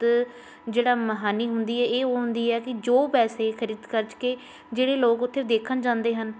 ਅਤੇ ਜਿਹੜਾ ਮਹਾਨੀ ਹੁੰਦੀ ਏ ਇਹ ਹੁੰਦੀ ਹੈ ਕਿ ਜੋ ਪੈਸੇ ਖਰਤ ਖਰਚ ਕੇ ਜਿਹੜੇ ਲੋਕ ਉੱਥੇ ਦੇਖਣ ਜਾਂਦੇ ਹਨ